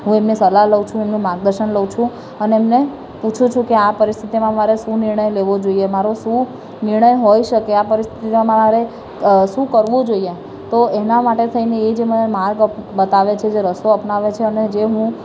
હું એમને સલાહ લઉં છું એમનું માર્ગદર્શન લઉં છું અને એમને પુછુ છું કે આ પરિસ્થિતિમાં મારે શું નિર્ણય લેવો જોઈએ મારો શું નિર્ણય હોઈ શકે આ પરિસ્થિતિમાં મારે શું કરવું જોઈએ તો એના માટે થઇને એ જે મને માર્ગ બતાવે છે જે રસ્તો અપનાવે છે અને જે હું